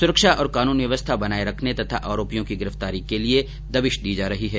सुरक्षा और कानून व्यवस्था बनाये रखने तथा आरोपियों की गिरफ्तारी के लिए दबिश दी जा रही है